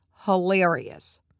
hilarious